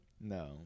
No